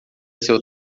seu